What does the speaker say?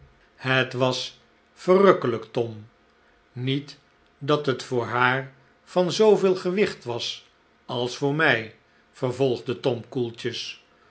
het was verrukkelijk tom niet dat het voor haar van zooveel gewicht was als voor mij vervolgde tom koeltjes